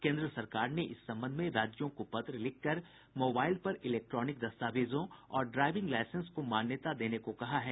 केन्द्र सरकार ने इस संबंध में राज्यों को पत्र लिखकर मोबाईल पर इलेक्ट्रॉनिक दस्तावेजों और ड्राइविंग लाईसेंस को मान्यता देने को कहा है